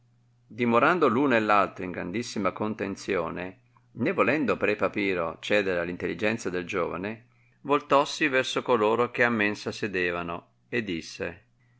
dimorando l'uno e l altro in grandissima contenzione ne volendo pre papiro ciedere all intelligenzia del giovane voltossi verso coloro che a mensa sedevano e disse